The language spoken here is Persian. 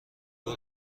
برو